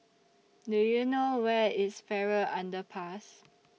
Do YOU know Where IS Farrer Underpass